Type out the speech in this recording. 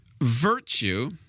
virtue